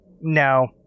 no